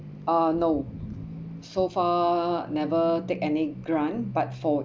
uh no so far never take any grant but for